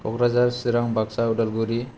Bongaigaon